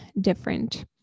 different